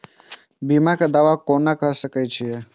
बीमा के दावा कोना के सके छिऐ?